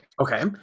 Okay